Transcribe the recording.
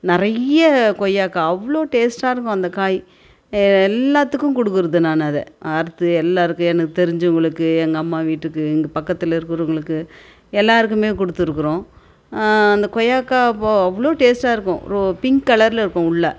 நிறைய கொய்யாக்காய் அவ்வளோ டேஸ்ட்டாக இருக்கும் அந்த காய் எல்லாத்துக்கும் கொடுக்கறது நான் அதை அறுத்து எல்லோருக்கும் எனக்கு தெரிஞ்சவங்களுக்கு எங்கள் அம்மா வீட்டுக்கு எங்கள் பக்கத்தில் இருக்கிறவங்களுக்கு எல்லோருக்குமே குடுத்துருக்கிறோம் அந்த கொய்யாக்காய் அப்போது அவ்வளோ டேஸ்ட்டா இருக்கும் ஒரு பிங்க் கலரில் இருக்கும் உள்ளே